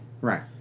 right